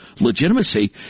legitimacy